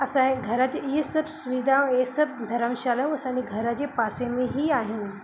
असांजे घर जे इहे सभु सुविधाऊं इहे सभु धर्मशालाऊं असांजे घर जे पासे में ई आहिनि